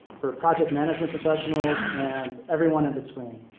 for project management professionals, and everyone in between.